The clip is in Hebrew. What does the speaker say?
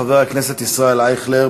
חבר הכנסת ישראל אייכלר,